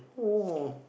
oh